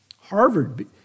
Harvard